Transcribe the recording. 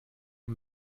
man